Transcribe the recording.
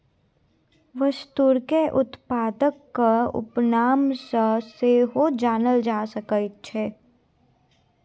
वस्तुकेँ उत्पादक उपनाम सँ सेहो जानल जा सकैत छै